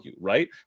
right